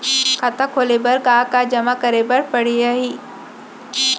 खाता खोले बर का का जेमा करे बर पढ़इया ही?